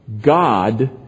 God